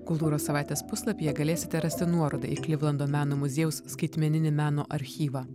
kultūros savaitės puslapyje galėsite rasti nuorodą į klivlando meno muziejaus skaitmeninį meno archyvą